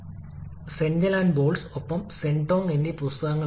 ഇന്റർകൂളിംഗിന് വിപരീതം വീണ്ടും ചൂടാക്കലിനൊപ്പം മൾട്ടി സ്റ്റേജ് വിപുലീകരണമാണ്